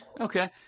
Okay